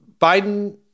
Biden